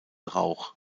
rauch